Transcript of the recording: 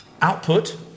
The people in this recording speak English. Output